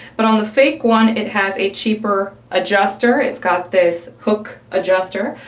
but on the fake one it has a cheaper adjuster, it's got this hook adjuster,